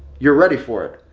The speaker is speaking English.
you're ready for it.